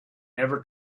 never